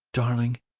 darling,